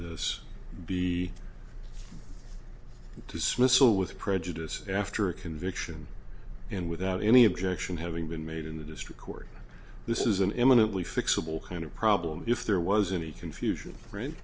this be dismissal with prejudice after a conviction and without any objection having been made in the district court this is an imminently fixable kind of problem if there was any confusion